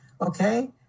okay